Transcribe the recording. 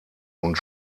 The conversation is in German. und